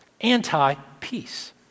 anti-peace